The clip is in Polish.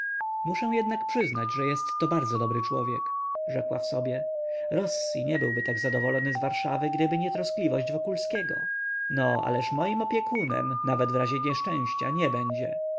muszę jednak przyznać że jestto bardzo dobry człowiek rzekła w sobie rossi nie byłby tak zadowolony z warszawy gdyby nie troskliwość wokulskiego no ależ moim opiekunem nawet wrazie nieszczęścia nie będzie